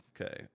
Okay